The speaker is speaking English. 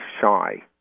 shy